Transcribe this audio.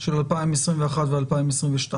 של 2021 ו-2020.